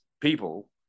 people